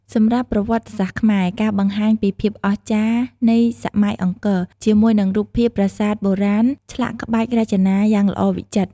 សម្រាប់ប្រវត្តិសាស្ត្រខ្មែរ ការបង្ហាញពីភាពអស្ចារ្យនៃសម័យអង្គរ ជាមួយនឹងរូបភាពប្រាសាទបុរាណឆ្លាក់ក្បាច់រចនាយ៉ាងល្អវិចិត្រ។